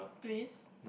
please